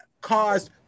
caused